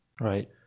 right